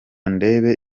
ndebe